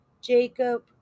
Jacob